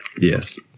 Yes